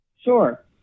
Sure